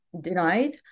denied